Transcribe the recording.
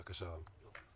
בבקשה, רם בן ברק.